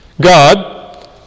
God